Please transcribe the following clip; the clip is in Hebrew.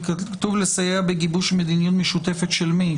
וכתוב לסייע בגיבוש מדיניות משותפת, של מי?